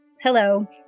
Hello